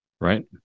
right